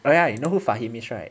oh ya you know who fahim is right